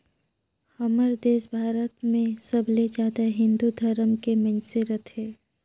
हमर देस भारत मे सबले जादा हिन्दू धरम के मइनसे रथें